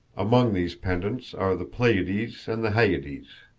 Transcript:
among these pendants are the pleiades and the hyades.